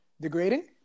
degrading